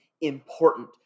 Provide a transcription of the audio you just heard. important